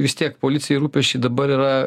vis tiek policijai rūpesčiai dabar yra